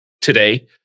today